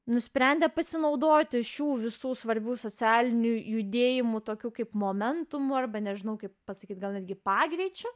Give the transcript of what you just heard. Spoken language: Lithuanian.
nusprendė pasinaudoti šių visų svarbių socialinių judėjimų tokių kaip momentumu arba nežinau kaip pasakyti gal netgi pagreičiu